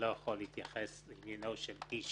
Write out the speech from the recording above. לא יכול להתייחס לאיש